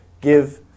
give